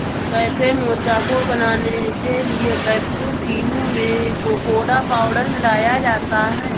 cafe mocha को बनाने के लिए कैप्युचीनो में कोकोडा पाउडर मिलाया जाता है